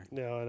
no